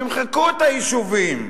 שימחקו את היישובים,